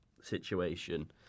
situation